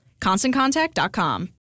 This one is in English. ConstantContact.com